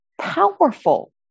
powerful